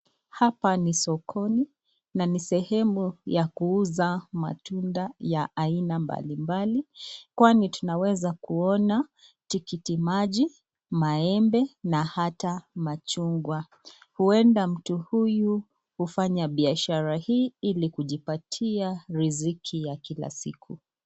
Hapa ni sokoni na ni mahali ya kuuza matunda ya aina mbalimbali kwani tunaweza kuona tikiti maji, maembe na ata machungwa, uenda mtu huyu ufanya biashara hii hili kujipatia riziki ya Kila siku.